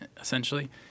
essentially